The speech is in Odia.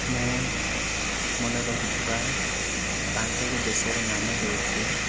ମୁଁ ମନେ ରଖିଥିବା ପାଞ୍ଚଟି ଦେଶର ନାମ ହେଉଛି